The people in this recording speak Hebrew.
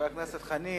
מה ההצעה?